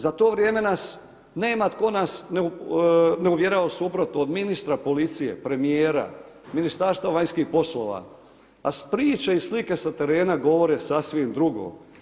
Za to vrijeme nas nema tko nas ne uvjerava u suprotno, od ministra policije, premijera, Ministarstva vanjskih poslova a priče i slike sa terena govore sasvim drugo.